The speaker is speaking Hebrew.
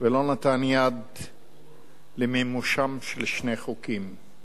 ולא נתן יד למימושם של שני חוקים.